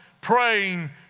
praying